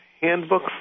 handbook